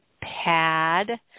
pad